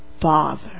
father